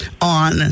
on